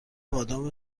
بادام